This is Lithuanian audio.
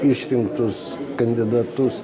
išrinktus kandidatus